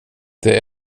det